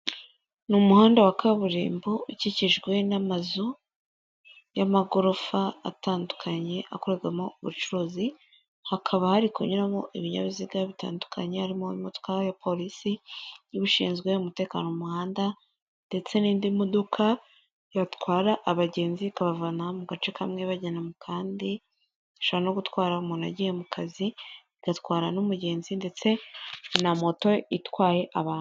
Ni umuhanda wa kaburimbo ukikijwe n'amazu y'amagorofa atandukanye akorerwamo ubucuruzi, hakaba hari kunyuramo ibinyabiziga bitandukanye, harimo imodoka ya polisi iba ishinzwe umutekano mu muhanda, ndetse n'indi modoka yatwara abagenzi ikabavana mu gace kamwe ibajyana mu kandi, ishobora no gutwara umuntu agiye mu kazi, igatwara n'umugenzi; ndetse na moto itwaye abantu.